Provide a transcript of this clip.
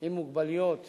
עם מוגבלויות